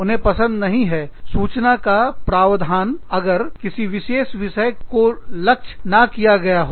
उन्हें पसंद नहीं है सूचना का प्रावधान अगर किसी विशेष विषय को लक्ष्य ना किया गया हो